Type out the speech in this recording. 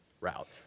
route